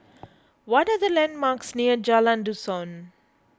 what are the landmarks near Jalan Dusun